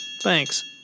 Thanks